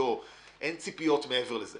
ואין ציפיות מעבר לזה,